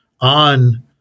on